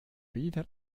wieder